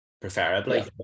preferably